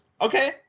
Okay